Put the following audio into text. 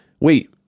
wait